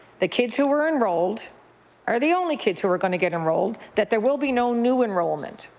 the kids who were enrolled are the only kids who are going to get enrolled that there will be no new enrollment.